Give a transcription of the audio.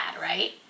right